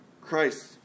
christ